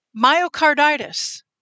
Myocarditis